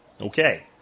Okay